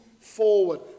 forward